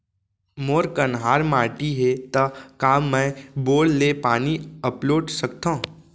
मोर कन्हार माटी हे, त का मैं बोर ले पानी अपलोड सकथव?